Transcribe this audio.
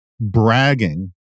bragging